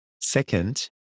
second